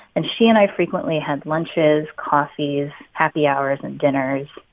and she and i frequently had lunches, coffees, happy hours and dinners.